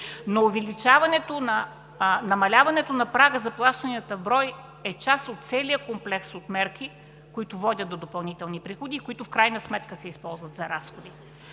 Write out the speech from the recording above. Намаляването на прага за плащанията в брой е част от целия комплекс от мерки, които водят до допълнителни приходи и които в крайна сметка се използват за разходи.